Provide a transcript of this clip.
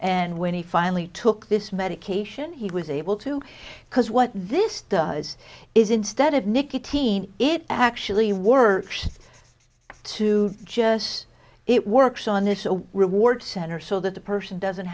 and when he finally took this medication he was able to because what this does is instead of nicotine it actually works to just it works on its own reward center so that the person doesn't